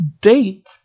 date